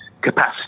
capacity